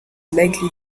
likely